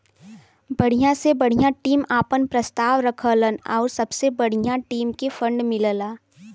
बढ़िया से बढ़िया टीम आपन प्रस्ताव रखलन आउर सबसे बढ़िया टीम के फ़ंड मिलला